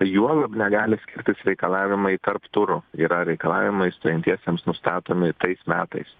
juolab negali skirtis reikalavimai tarp turų yra reikalavimai stojantiesiems nustatomi tais metais